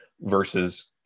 versus